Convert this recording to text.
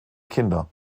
kinder